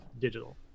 digital